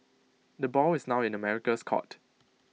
the ball is now in the America's court